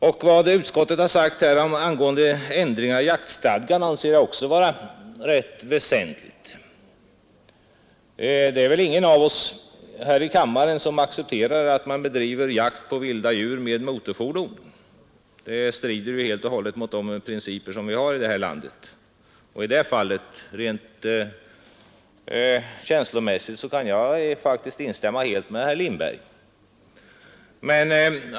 Även vad utskottet har sagt om ändringar i jaktstadgan anser jag vara rätt väsentligt. Ingen av oss här i kammaren accepterar väl att jakt på vilda djur bedrivs med motorfordon. Det strider helt och hållet mot de principer vi har i detta land. I det fallet kan jag rent känslomässigt helt instämma med herr Lindberg.